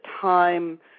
time